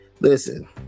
listen